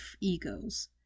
egos